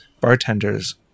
bartenders